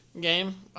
game